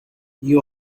you